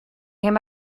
came